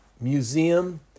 Museum